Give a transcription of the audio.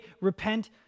repent